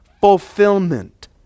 fulfillment